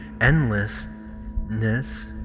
endlessness